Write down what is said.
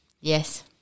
Yes